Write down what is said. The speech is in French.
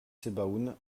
sebaoun